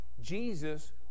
Jesus